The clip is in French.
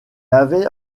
avait